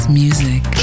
music